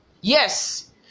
yes